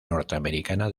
norteamericana